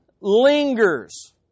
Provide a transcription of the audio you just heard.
lingers